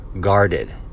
guarded